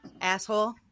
asshole